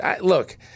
Look